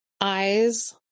eyes